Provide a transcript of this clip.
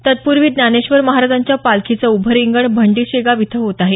तत्पूर्वी ज्ञानेश्वर महाराजांच्या पालखीचं उभं रिंगण भंडीशेगाव इथं होत आहे